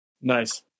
Nice